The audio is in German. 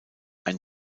ein